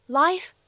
life